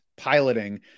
piloting